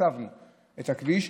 תקצבנו את הכביש,